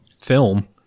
film